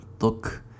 look